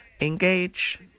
Engage